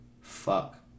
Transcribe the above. Fuck